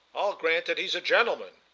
i'll grant that he's a gentleman,